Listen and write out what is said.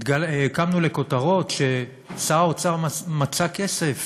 קמנו לכותרות ששר האוצר מצא כסף